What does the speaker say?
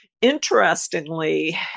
Interestingly